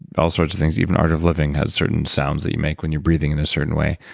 all sorts of things even art of living has certain sounds that you make when you're breathing in a certain way.